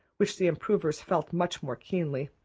which the improvers felt much more keenly.